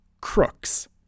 crooks